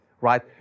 right